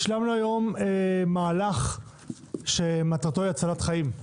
השלמנו היום מהלך שמטרתו היא הצלת חיים.